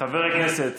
חבר הכנסת,